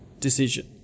decision